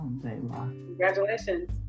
Congratulations